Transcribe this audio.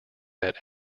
that